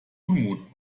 unmut